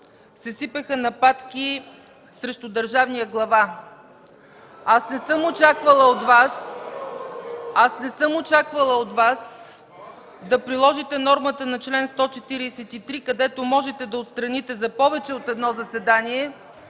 се сипеха нападки срещу държавния глава? (Викове: „У-у-у!“ от КБ.) Не съм очаквала от Вас да приложите нормата на чл. 143, където можете да отстраните за повече от едно заседание